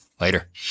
later